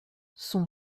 son